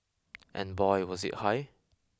and boy was it high